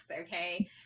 okay